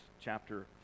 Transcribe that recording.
chapter